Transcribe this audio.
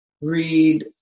read